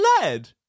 lead